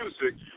music